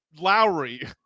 Lowry